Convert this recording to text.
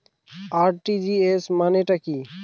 RTGS মানে টা কি?